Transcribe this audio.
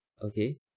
Okay